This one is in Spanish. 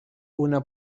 una